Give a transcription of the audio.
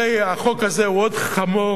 הרי החוק הזה הוא עוד חמור